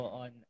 on